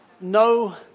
No